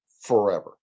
forever